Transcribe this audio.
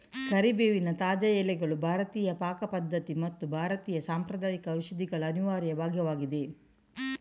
ಕರಿಬೇವಿನ ತಾಜಾ ಎಲೆಗಳು ಭಾರತೀಯ ಪಾಕ ಪದ್ಧತಿ ಮತ್ತು ಭಾರತೀಯ ಸಾಂಪ್ರದಾಯಿಕ ಔಷಧಿಗಳ ಅನಿವಾರ್ಯ ಭಾಗವಾಗಿದೆ